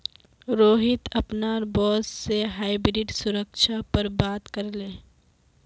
रोहित अपनार बॉस से हाइब्रिड सुरक्षा पर बात करले